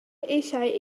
eisiau